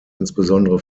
insbesondere